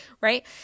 right